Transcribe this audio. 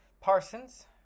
Parsons